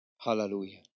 Hallelujah